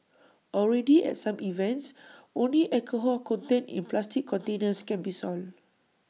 already at some events only alcohol contained in plastic containers can be sold